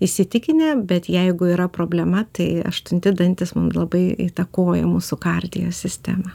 įsitikinę bet jeigu yra problema tai aštunti dantys mum labai įtakoja mūsų kardijo sistemą